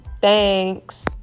Thanks